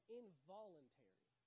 involuntary